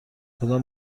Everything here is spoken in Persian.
کدام